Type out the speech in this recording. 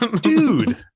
Dude